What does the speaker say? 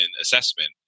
assessment